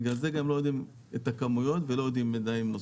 בגלל זה גם לא יודעים את הכמויות ולא יודעים מידעים נוספים.